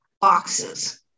boxes